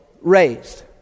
raised